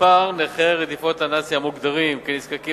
מספר נכי רדיפות הנאצים המוגדרים כנזקקים